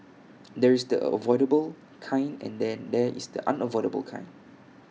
there is the avoidable kind and then there is the unavoidable kind